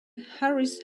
harris